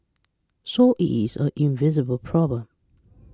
so it is an invisible problem